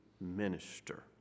minister